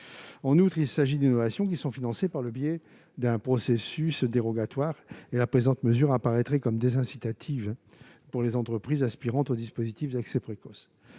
En outre, il s'agit d'innovations financées par le biais d'un processus dérogatoire. Cette mesure apparaîtrait comme désincitative pour les entreprises aspirant au dispositif d'accès précoce.